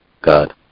God